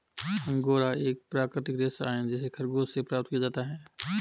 angora एक प्राकृतिक रेशा है जिसे खरगोश से प्राप्त किया जाता है